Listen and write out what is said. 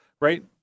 right